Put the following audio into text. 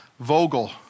Vogel